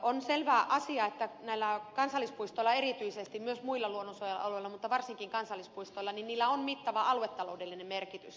on selvä asia että näillä kansallispuistoilla erityisesti myös muilla luonnonsuojelualueilla mutta varsinkin kansallispuistoilla on mittava aluetaloudellinen merkitys